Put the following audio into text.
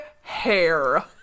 hair